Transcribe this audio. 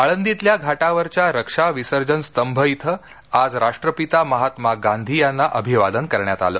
आळंदीतल्या घाटावरच्या रक्षा विसर्जन स्तंभ इथं आज राष्ट्रपिता महात्मा गांधी यांना अभिवादन करण्यात आलं